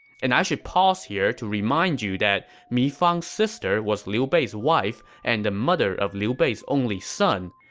and i should pause here to remind you that mi fang's sister was liu bei's wife and the mother of liu bei's only son.